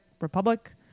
Republic